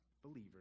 Believers